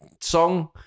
song